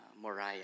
Moriah